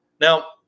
Now